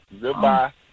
Goodbye